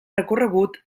recorregut